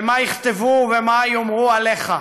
במה יכתבו ובמה יאמרו עליך,